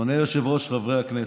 אדוני היושב-ראש, חברי הכנסת,